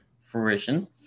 fruition